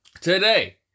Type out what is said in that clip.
Today